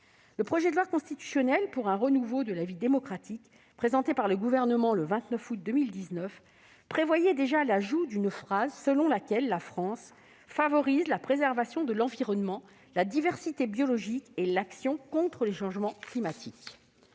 Le projet de loi constitutionnelle pour un renouveau de la vie démocratique, présenté par le Gouvernement le 29 août 2019, prévoyait déjà l'ajout d'une phrase selon laquelle la France « favorise la préservation de l'environnement, la diversité biologique et l'action contre les changements climatiques ».